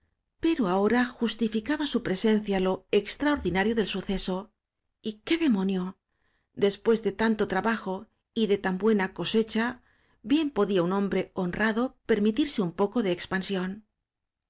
pero ahora justificaba su presencia lo extraordinario del suceso y qué demonio después de tanto trabajo y de tan buena cosecha bien podía un hombre hon rado permitirse un poco de expansión